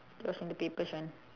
it was on the papers one